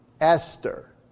Esther